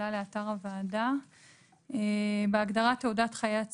לאתר הוועדה בהגדרה "תעודת חיית סיוע".